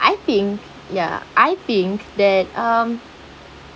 I think ya I think that um